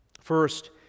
First